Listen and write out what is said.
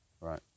right